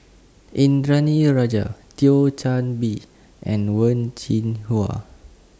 Indranee Rajah Thio Chan Bee and Wen Jinhua